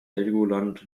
helgoland